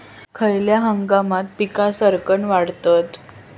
खयल्या हंगामात पीका सरक्कान वाढतत?